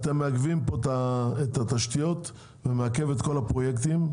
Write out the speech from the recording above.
אתם מעכבים את התשתיות וזה מעכב את כל הפרויקטים.